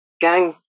gang